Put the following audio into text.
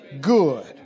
good